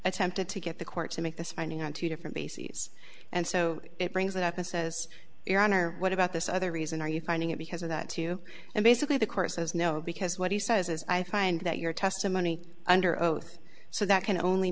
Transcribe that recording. attempted to get the court to make this finding on two different bases and so it brings that up and says your honor what about this other reason are you finding it because of that too and basically the court says no because what he says is i find that your testimony under oath so that can only